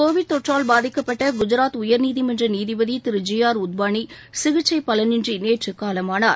Covid தொற்றால் பாதிக்கப்பட்ட குஜாத் உயர்நீதிமன்ற நீதிபதி திரு ஜி ஆர் உத்வானி சிகிச்சை பலனின்றி நேற்று காலமானார்